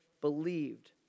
believed